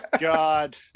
God